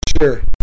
Sure